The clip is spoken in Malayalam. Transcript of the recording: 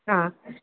ആ